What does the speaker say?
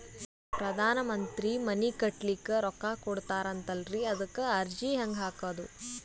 ಪ್ರಧಾನ ಮಂತ್ರಿ ಮನಿ ಕಟ್ಲಿಕ ರೊಕ್ಕ ಕೊಟತಾರಂತಲ್ರಿ, ಅದಕ ಅರ್ಜಿ ಹೆಂಗ ಹಾಕದು?